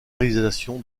réalisation